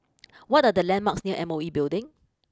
what are the landmarks near M O E Building